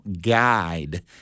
guide